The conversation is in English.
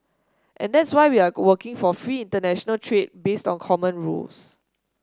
and that's why we are working for free international trade based on common rules